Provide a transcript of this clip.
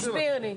תסביר לי.